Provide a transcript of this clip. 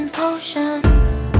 potions